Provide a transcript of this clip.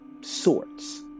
sorts